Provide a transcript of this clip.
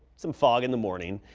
some fog in the morning.